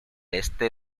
este